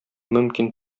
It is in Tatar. мөмкин